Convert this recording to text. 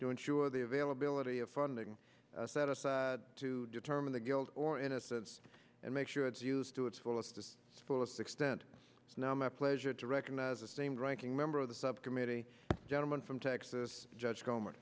do ensure the availability of funding set aside to determine the guilt or innocence and make sure it's used to its fullest fullest extent it's now my pleasure to recognize the same ranking member of the subcommittee gentleman from texas judge gom